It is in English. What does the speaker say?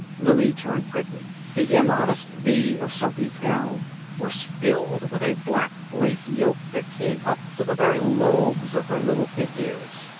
louie turned quickly. the immodest v of sophy's gown was filled with a black lace yoke that came up to the very lobes of her little pink ears.